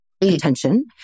attention